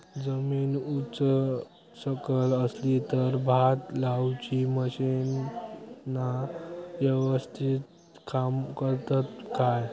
जमीन उच सकल असली तर भात लाऊची मशीना यवस्तीत काम करतत काय?